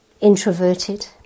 introverted